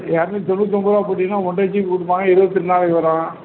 இரநூத்தி தொண்ணூற்றி ஒன்பது ரூவா போட்டீங்கின்னால் ஒன்றரை ஜிபி கொடுப்பாங்க இருபத்தி எட்டு நாளைக்கு வரும்